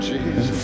Jesus